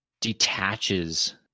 detaches